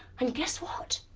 and guess what?